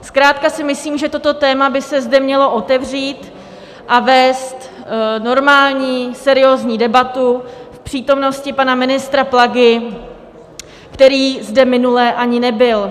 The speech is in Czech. Zkrátka si myslím, že toto téma by se zde mělo otevřít a vést normální, seriózní debatu v přítomnosti pana ministra Plagy, který zde minule ani nebyl.